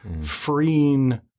freeing